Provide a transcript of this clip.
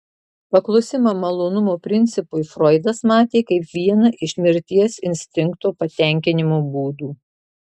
paklusimą malonumo principui froidas matė kaip vieną iš mirties instinkto patenkinimo būdų